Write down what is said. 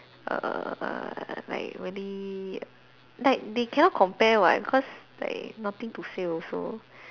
err like really like they cannot compare [what] because like nothing to say also